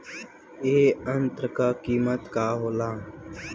ए यंत्र का कीमत का होखेला?